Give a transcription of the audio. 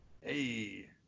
Hey